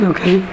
Okay